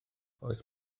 oes